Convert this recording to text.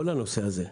כל הנושא הזה,